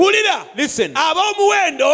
Listen